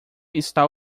está